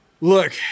Look